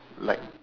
like